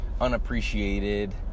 unappreciated